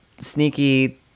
sneaky